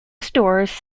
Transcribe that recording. stores